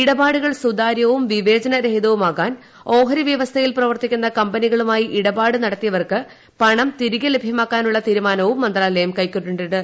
ഇടപാടുകൾ സുതാര്യവും വിവേചനരഹിതവുമാകാൻ ഓഹരി വ്യവസ്ഥയിൽ പ്രവർത്തിക്കുന്ന കമ്പനികളുമായി ഇടപാടു നടത്തിയവർക്ക് പണം തിരികെ ലഭ്യമാക്കാനുള്ള തീരുമാനവും മന്ത്രാലയം കൈക്കൊണ്ടിട്ടുണ്ട്